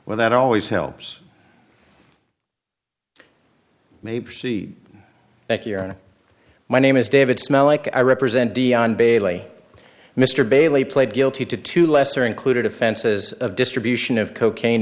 well that always helps maybe see my name is david smell like i represent deon bailey mr bailey pled guilty to two lesser included offenses of distribution of cocaine